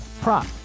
prop